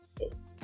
Yes